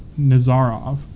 Nazarov